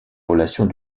relations